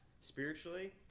spiritually